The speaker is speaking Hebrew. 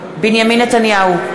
נתניהו,